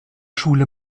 schule